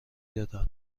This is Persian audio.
دادن